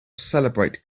celebrate